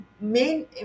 main